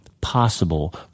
possible